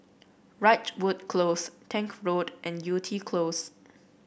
Ridgewood Close Tank Road and Yew Tee Close